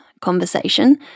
conversation